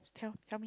tell tell me